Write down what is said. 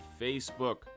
Facebook